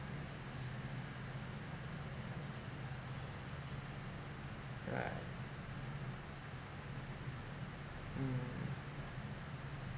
right mm